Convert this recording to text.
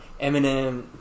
Eminem